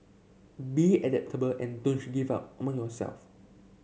be adaptable and don't give up among yourself